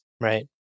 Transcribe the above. Right